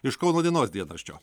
iš kauno dienos dienraščio